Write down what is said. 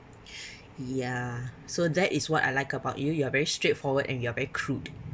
ya so that is what I like about you you are very straightforward and you are very crude